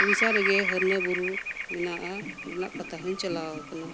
ᱩᱲᱤᱥᱥᱟ ᱨᱮᱜᱮ ᱦᱟᱹᱨᱱᱟᱹ ᱵᱩᱨᱩ ᱢᱮᱱᱟᱜᱼᱟ ᱚᱸᱰᱮᱱᱟᱜ ᱯᱟᱛᱟ ᱦᱚᱧ ᱪᱟᱞᱟᱣ ᱟᱠᱟᱱᱟ